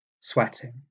sweating